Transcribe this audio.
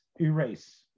erase